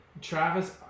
Travis